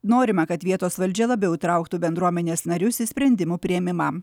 norima kad vietos valdžia labiau įtrauktų bendruomenės narius į sprendimų priėmimą